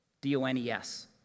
D-O-N-E-S